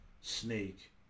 Snake